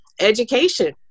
Education